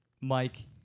Mike